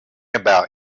about